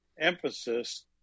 emphasis